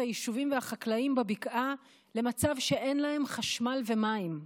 היישובים והחקלאים בבקעה למצב שאין להם חשמל ומים,